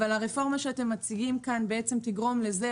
אבל הרפורמה שאתם מציעים כאן תגרום לזה,